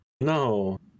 No